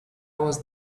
was